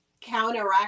counteract